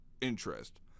interest